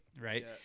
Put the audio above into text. right